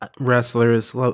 wrestlers